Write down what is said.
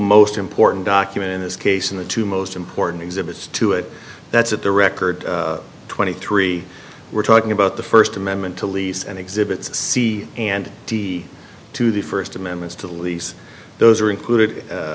most important document in this case and the two most important exhibits to it that's at the record twenty three we're talking about the first amendment to lease and exhibits c and d to the first amendments to lease those are included